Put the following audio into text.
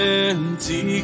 empty